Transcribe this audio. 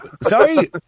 Sorry